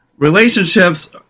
relationships